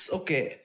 okay